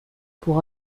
pour